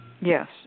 Yes